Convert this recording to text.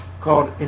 called